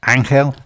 Angel